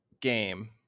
game